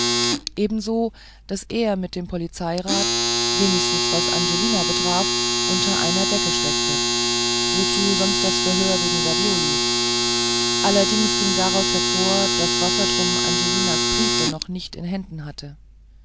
ebenso daß er mit dem polizeirat wenigstens was angelina betraf unter einer decke steckte wozu sonst das verhör wegen savioli andererseits ging daraus hervor daß wassertrum angelinas briefe noch nicht in händen hatte